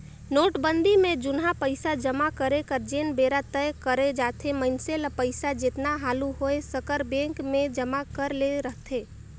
नोटबंदी में जुनहा पइसा जमा करे कर जेन बेरा तय करे जाथे मइनसे ल पइसा जेतना हालु होए सकर बेंक में जमा करे ले रहथे